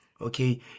okay